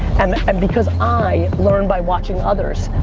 and and because i learn by watching others.